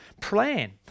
plan